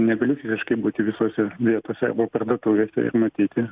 negaliu fiziškai būti visose vietose arba parduotuvėse ir matyti